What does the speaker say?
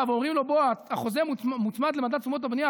ואומרים לו שהחוזה מוצמד למדד תשומות הבנייה,